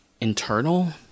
internal